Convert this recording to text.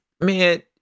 man